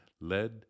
led